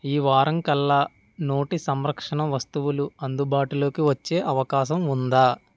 ఈ వారం కల్లా నోటి సంరక్షణ వస్తువులు అందుబాటులోకి వచ్చే అవకాశం ఉందా